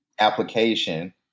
application